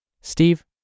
Steve